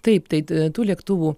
taip taip tų lėktuvų